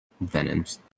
Venom's